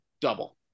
double